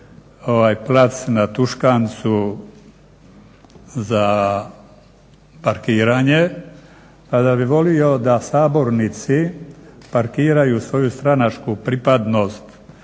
plac na Tuškancu za parkiranje pa da bih volio da sabornici parkiraju svoju stranačku pripadnost